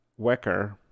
Wecker